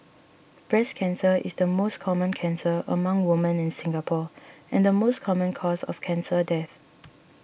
breast cancer is the most common cancer among women in Singapore and the most common cause of cancer death